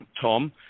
Tom